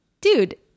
dude